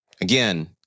Again